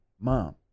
mom